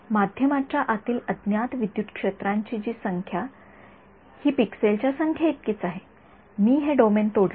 माध्यमाच्या आतील अज्ञात विद्युत क्षेत्रांची ची संख्या हि पिक्सेलच्या संख्ये इतकीच आहे मी हे डोमेन तोडले आहे